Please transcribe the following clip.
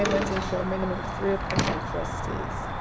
show a minimum of three appointed trustees.